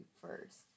first